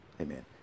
Amen